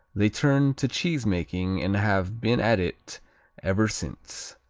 they turned to cheesemaking and have been at it ever since.